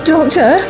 Doctor